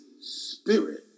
spirit